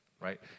right